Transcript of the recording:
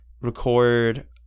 record